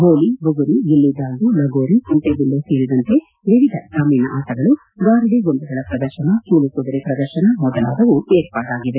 ಗೋಲಿ ಬುಗುರಿ ಗಿಲ್ಲಿ ದಾಂಡು ಲಗೋರಿ ಕುಂಟೆಬಿಲ್ಲೆ ಸೇರಿದಂತೆ ವಿವಿಧ ಗ್ರಾಮೀಣ ಆಟಗಳು ಗಾರುಡಿ ಗೊಂಬೆಗಳ ಪ್ರದರ್ಶನ ಕೀಲು ಕುದುರೆ ಪ್ರದರ್ಶನ ಮೊದಲಾದವು ಏರ್ಪಾಡಾಗಿವೆ